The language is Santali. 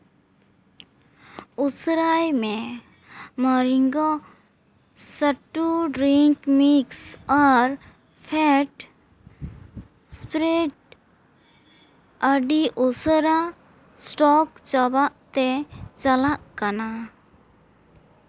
ᱩᱥᱟᱹᱨᱟᱭ ᱢᱮ ᱢᱚᱨᱤᱝᱜᱚ ᱥᱟᱹᱴᱩ ᱰᱨᱤᱝᱠ ᱢᱤᱠᱥ ᱟᱨ ᱯᱷᱮᱴ ᱮᱥᱯᱨᱮ ᱟᱹᱰᱤ ᱩᱥᱟᱹᱨᱟ ᱚᱥᱴᱚᱠ ᱪᱟᱵᱟᱜ ᱛᱮ ᱪᱟᱞᱟᱜ ᱠᱟᱱᱟ